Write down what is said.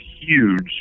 huge